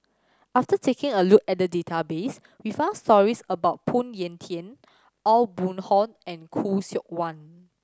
after taking a look at the database we found stories about Phoon Yew Tien Aw Boon Haw and Khoo Seok Wan